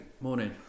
Morning